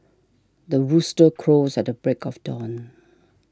the rooster crows at the break of dawn